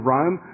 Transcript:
Rome